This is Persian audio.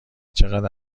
چقد